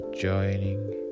joining